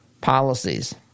policies